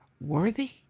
worthy